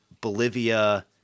Bolivia